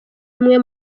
umwe